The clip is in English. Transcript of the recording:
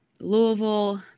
Louisville